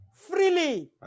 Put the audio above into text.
Freely